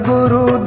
Guru